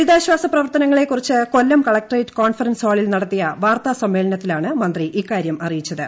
ദുരിതാശ്വാസ പ്രവർത്തനങ്ങളെ കുറിച്ച് കൊല്ലം കലക്ട്രേറ്റ് കോൺഫറൻസ് ഹാളിൽ നടത്തിയ വാർത്താ സമ്മേളനത്തിലാണ് മന്ത്രി ഇക്കാരൃം അറിയിച്ചത്